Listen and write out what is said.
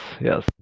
Yes